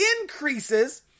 increases